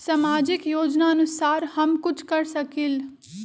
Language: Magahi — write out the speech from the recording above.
सामाजिक योजनानुसार हम कुछ कर सकील?